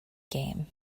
game